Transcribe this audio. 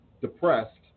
depressed